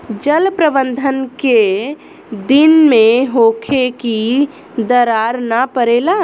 जल प्रबंधन केय दिन में होखे कि दरार न परेला?